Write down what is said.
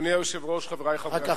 אדוני היושב-ראש, חברי חברי הכנסת,